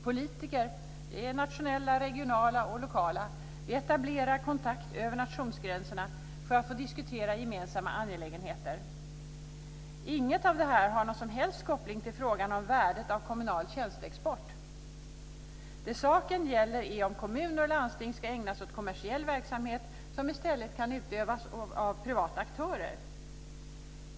Politiker - nationella, regionala och lokala - etablerar kontakter över nationsgränserna för att diskutera gemensamma angelägenheter. Inget av detta har någon som helst koppling till frågan om värdet av kommunal tjänsteexport. Det saken gäller är om kommuner och landsting ska ägna sig åt kommersiell verksamhet som i stället kan utövas av privata aktörer.